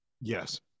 Yes